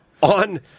on